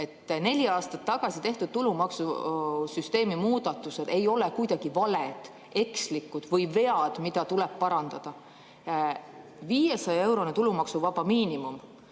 Neli aastat tagasi tehtud tulumaksusüsteemi muudatused ei ole kuidagi valed või ekslikud ega vead, mis tuleb parandada. 500‑eurone tulumaksuvaba miinimum